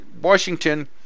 Washington